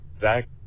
Zach